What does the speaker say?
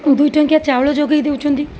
ଦୁଇଟଙ୍କିଆ ଚାଉଳ ଯୋଗେଇ ଦଉଛନ୍ତି